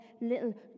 little